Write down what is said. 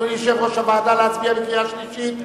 אדוני יושב-ראש הוועדה, להצביע בקריאה שלישית?